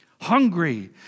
hungry